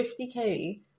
50k